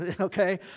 Okay